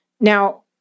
Now